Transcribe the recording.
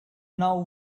now